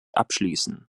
abschließen